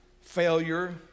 failure